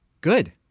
Good